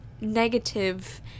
negative